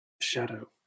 Shadow